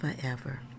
forever